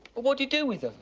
what do you do with them?